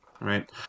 right